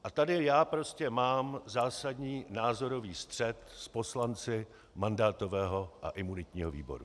A tady já prostě mám zásadní názorový střet s poslanci mandátového a imunitního výboru.